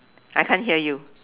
I can't hear you